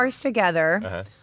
Together